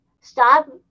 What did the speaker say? Stop